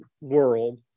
world